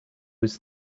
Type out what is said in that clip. was